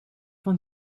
van